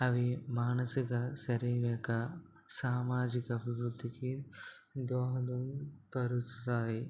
అవి మానసిక శారీరక సామాజిక అభివృద్ధికి దోహదలు పరుస్తాయి